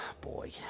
boy